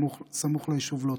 סמוך ליישוב לוטם.